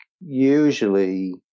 usually